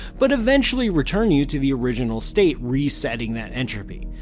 but eventually return you to the original state, resetting that entropy.